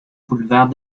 boulevard